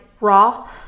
raw